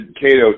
Cato